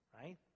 right